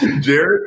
Jared